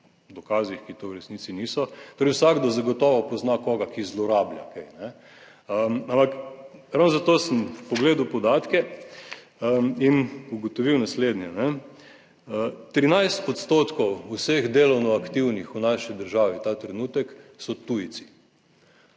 dokazih, ki to v resnici niso. Torej vsakdo zagotovo pozna koga, ki zlorablja kaj, ampak ravno, zato sem pogledal podatke in ugotovil naslednje: 13 % vseh delovno aktivnih v naši državi ta trenutek so tujci.